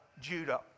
Judah